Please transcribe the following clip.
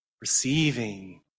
receiving